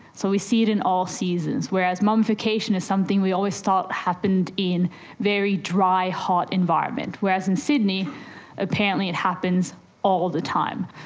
so we see it in all seasons, whereas mummification is something we always thought happened in very dry, hot environments, whereas in sydney apparently it happens all the time.